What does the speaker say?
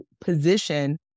position